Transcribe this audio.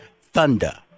Thunder